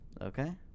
Okay